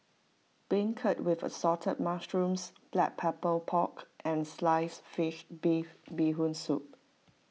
Beancurd with Assorted Mushrooms Black Pepper Pork and Sliced Fish beef Bee Hoon Soup